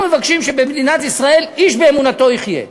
אנחנו מבקשים שבמדינת ישראל איש באמונתו יחיה.